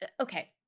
Okay